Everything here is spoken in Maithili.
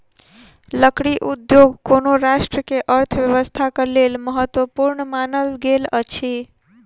लकड़ी उद्योग कोनो राष्ट्र के अर्थव्यवस्थाक लेल महत्वपूर्ण मानल गेल अछि